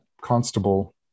constable